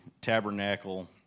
tabernacle